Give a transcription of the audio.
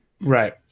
right